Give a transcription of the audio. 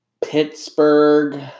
Pittsburgh